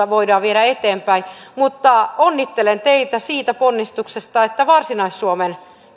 voidaan viedä eteenpäin mutta onnittelen teitä siitä ponnistuksesta että varsinais suomen